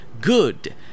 good